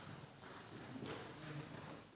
Hvala